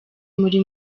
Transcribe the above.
muri